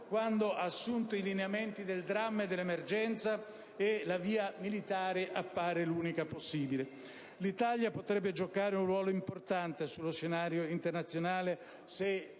situazione ha assunto i lineamenti del dramma e dell'emergenza e la via militare appare l'unica possibile. L'Italia potrebbe giocare un ruolo importante sullo scenario internazionale se